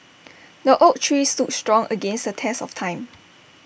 the oak tree stood strong against the test of time